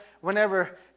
whenever